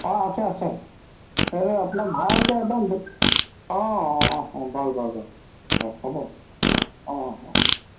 অঁ আছে আছে তেন্তে আপোনাক ভালকৈ একদম ধু অঁ অঁ অঁ অঁ বাৰু বাৰু বাৰু অঁ হ'ব অঁ অঁ অঁহ